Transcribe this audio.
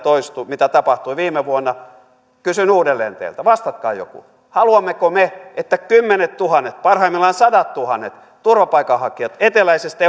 mitä tapahtui viime vuonna kysyn uudelleen teiltä vastatkaa joku haluammeko me että kymmenettuhannet parhaimmillaan sadattuhannet turvapaikanhakijat eteläisestä